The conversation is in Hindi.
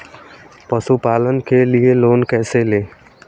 पशुपालन के लिए लोन कैसे लें?